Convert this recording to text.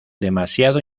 demasiado